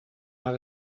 maar